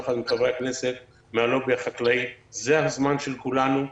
יחד עם חברי הכנסת מן הלובי החקלאי: זה הזמן של כולנו,